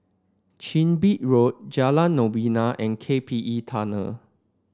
Chin Bee Road Jalan Novena and K P E Tunnel